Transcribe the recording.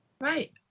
Right